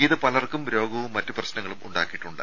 ഇത് പലർക്കും രോഗവും മറ്റു പ്രശ്നങ്ങളും ഉണ്ടാക്കിയിട്ടുണ്ട്